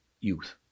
youth